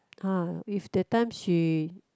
[huh] if that time she